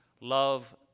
love